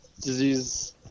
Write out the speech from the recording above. disease